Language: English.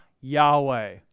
Yahweh